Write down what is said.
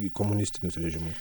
į komunistinius režimus